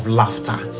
laughter